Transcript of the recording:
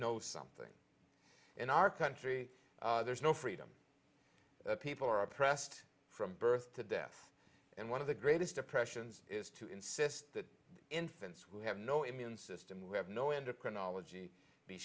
knows something in our country there's no freedom that people are oppressed from birth to death and one of the greatest depressions is to insist that infants who have no immune system we have no into chronology be